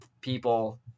people